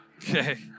Okay